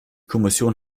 kommission